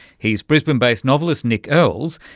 he's brisbane-based novelist nick earls,